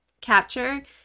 capture